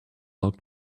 locked